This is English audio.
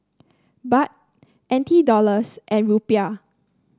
Baht N T Dollars and Rupiah